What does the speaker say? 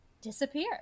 disappear